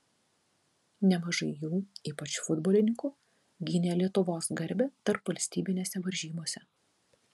nemažai jų ypač futbolininkų gynė lietuvos garbę tarpvalstybinėse varžybose